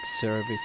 service